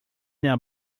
now